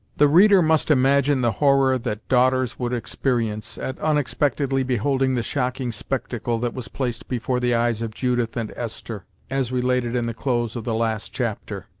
the reader must imagine the horror that daughters would experience, at unexpectedly beholding the shocking spectacle that was placed before the eyes of judith and esther, as related in the close of the last chapter.